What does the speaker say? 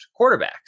quarterbacks